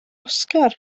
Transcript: oscar